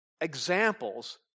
examples